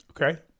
Okay